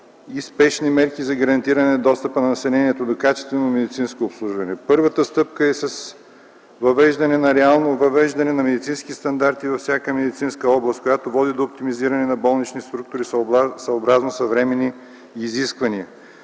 и спешни мерки за гарантиране достъпа на населението до качествено медицинско обслужване. Първата стъпка е с реално въвеждане на медицински стандарти за всяка медицинска област, която води до оптимизиране на болнични структури, съобразно съвременни изисквания.